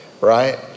right